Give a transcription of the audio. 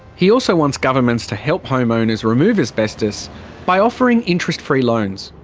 he also wants governments to help homeowners remove asbestos by offering interest-free loans.